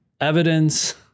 evidence